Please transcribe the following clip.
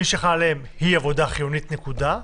ומי שחל עליהם היא עבודה חיונית, נקודה?